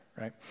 right